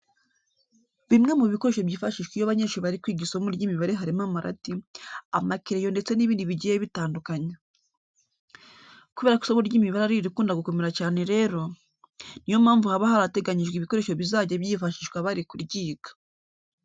Bimwe mu bikoresho byifashishwa iyo abanyeshuri bari kwiga isomo ry'imibare harimo amarati, amakereyo ndetse n'ibindi bigiye bitandukanye. Kubera ko isomo ry'imibare ari irikunda gukomera cyane rero, ni yo mpamvu haba harateganyijwe ibikoresho bizajya byifashishwa bari kuryiga.